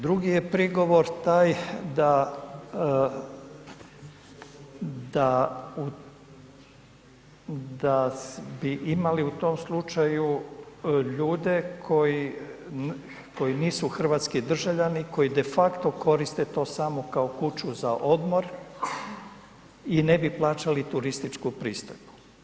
Drugi je prigovor taj da, da u, da bi imali u tom slučaju ljude koji nisu hrvatski državljani koji de facto koriste to samo kao kuću za odmor i ne bi plaćali turističku pristojbu.